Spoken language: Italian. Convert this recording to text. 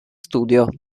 studio